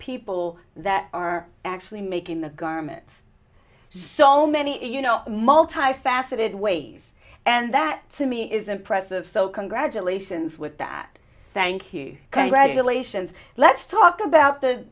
people that are actually making the garments so many you know multifaceted ways and that to me is impressive so congratulations with that thank you congratulations let's talk about